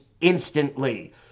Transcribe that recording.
instantly